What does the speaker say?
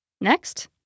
Next